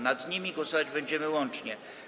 Nad nimi głosować będziemy łącznie.